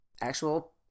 actual